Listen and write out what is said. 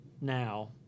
now